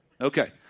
Okay